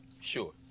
Sure